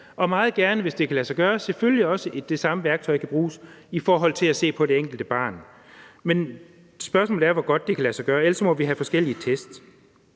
vil meget gerne, hvis det kan lade sig gøre, selvfølgelig have det sådan, at det samme værktøj kan bruges i forhold til at se på det enkelte barn. Men spørgsmålet er, hvor godt det kan lade sig gøre. Ellers må vi have forskellige test.